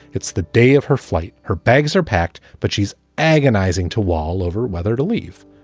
it's the day of her flight. her bags are packed, but she's agonizing to wall over whether to leave.